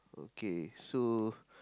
okay so